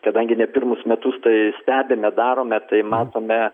kadangi ne pirmus metus tai stebime darome tai matome